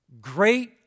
great